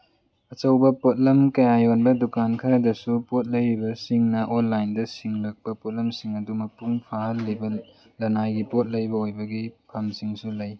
ꯑꯆꯧꯕ ꯄꯣꯠꯂꯝ ꯀꯌꯥ ꯌꯣꯟꯕ ꯗꯨꯀꯥꯟ ꯈꯔꯗꯁꯨ ꯄꯣꯠ ꯂꯩꯔꯤꯕꯁꯤꯡꯅ ꯑꯣꯟꯂꯥꯏꯟꯗ ꯁꯤꯡꯂꯛꯄ ꯄꯣꯠꯂꯝꯁꯤꯡ ꯑꯗꯨ ꯃꯄꯨꯡ ꯐꯥꯍꯜꯂꯤꯕ ꯂꯅꯥꯏꯒꯤ ꯄꯣꯠ ꯂꯩꯕ ꯑꯣꯏꯕꯒꯤ ꯐꯝꯁꯤꯡꯁꯨ ꯂꯩ